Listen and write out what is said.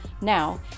Now